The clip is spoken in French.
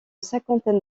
cinquantaine